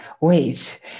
Wait